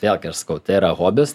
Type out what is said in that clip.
vėlgi aš sakau tai yra hobis